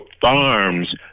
farms